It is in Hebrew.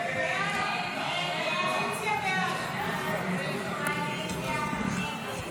הסתייגות 12 לחלופין ב לא נתקבלה.